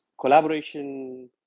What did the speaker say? collaboration